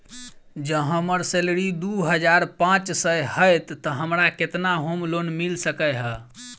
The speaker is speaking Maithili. जँ हम्मर सैलरी दु हजार पांच सै हएत तऽ हमरा केतना होम लोन मिल सकै है?